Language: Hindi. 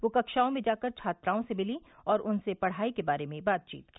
वह कक्षाओं में जाकर छात्राओं से मिली और उनसे पढ़ाई के बारे में बातचीत की